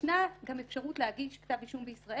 ישנה גם אפשרות להגיש כתב אישום בישראל